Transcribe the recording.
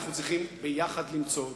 אנחנו צריכים ביחד למצוא אותן.